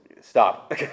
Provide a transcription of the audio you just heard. stop